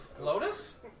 Lotus